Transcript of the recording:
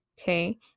okay